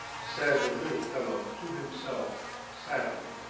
said the little fellow to himself, sadly,